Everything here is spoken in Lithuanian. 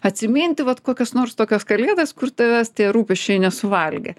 atsiminti vat kokios nors tokios kalėdas kur tavęs tie rūpesčiai nesuvalgė